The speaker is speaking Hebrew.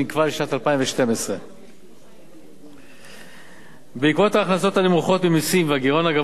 שנקבע לשנת 2012. עקב ההכנסות הנמוכות ממסים והגירעון הגבוה